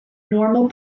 normal